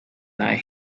thy